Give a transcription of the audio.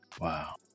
Wow